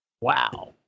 Wow